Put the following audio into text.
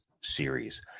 series